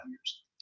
years